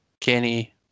Kenny